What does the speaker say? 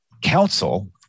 council